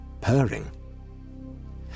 purring